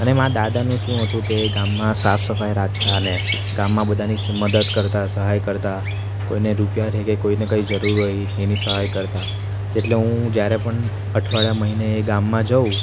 અને મારા દાદાનું શું હતું કે ગામમાં સાફ સફાઇ રાખતા અને ગામમાં બધાની સ મદદ કરતા સહાય કરતા કોઈને રૂપિયાની કે કોઈને કંઇ જરૂર હોય એની સહાય કરતા તેટલે હું જ્યારે પણ અઠવાડિયે મહિને એ ગામમાં જાઉં